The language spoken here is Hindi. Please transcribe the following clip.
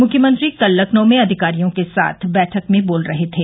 मुख्यमंत्री कल लखनऊ में अधिकारियों के साथ बैठक में बोल रहे थे